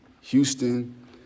Houston